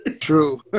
true